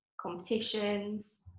competitions